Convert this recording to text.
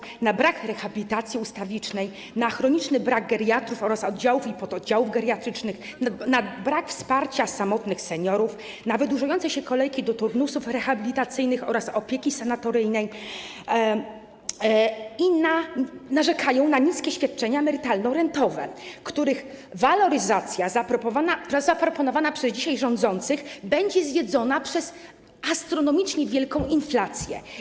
Narzekają na brak rehabilitacji ustawicznej, na chroniczny brak geriatrów oraz oddziałów i pododdziałów geriatrycznych, na brak wsparcia samotnych seniorów, na wydłużające się kolejki do turnusów rehabilitacyjnych oraz opieki sanatoryjnej i na niskie świadczenia emerytalno-rentowe, których waloryzacja zaproponowana przez dzisiaj rządzących będzie zjedzona przez astronomicznie wielką inflację.